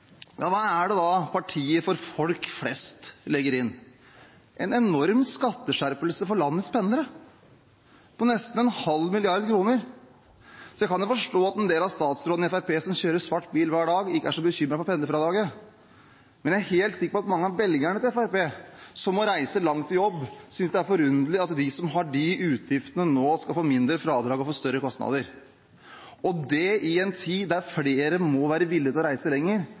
hva er det da «partiet for folk flest» legger inn? Jo, en enorm skatteskjerpelse for landets pendlere på nesten en halv milliard kroner. Jeg kan forstå at statsrådene fra Fremskrittspartiet, som kjører svart bil hver dag, ikke er så bekymret for pendlerfradraget, men jeg er helt sikker på at mange av velgerne til Fremskrittspartiet som må reise langt til jobb, synes det er forunderlig at de skal få mindre fradrag og større kostnader, og det i en tid da flere må være villige til å reise lenger